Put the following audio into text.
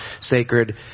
sacred